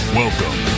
welcome